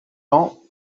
ans